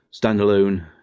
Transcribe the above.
standalone